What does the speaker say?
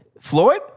Floyd